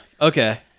Okay